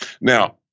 now